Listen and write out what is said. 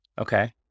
Okay